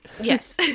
Yes